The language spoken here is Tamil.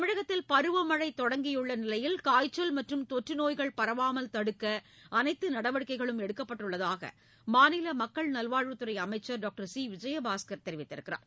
தமிழகத்தில் பருவமழை தொடங்கியுள்ள நிலையில் காய்ச்சல் மற்றும் தொற்றுநோய்கள் பரவாமல் தடுக்க அனைத்து நடவடிக்கைகளும் எடுக்கப்பட்டுள்ளதாக மாநில மக்கள் நல்வாழ்வுத்துறை அமைச்சர் டாக்டர் சி விஜயபாஸ்கர் தெரிவித்துள்ளார்